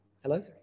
Hello